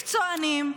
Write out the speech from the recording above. מקצוענים,